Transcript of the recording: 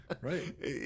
right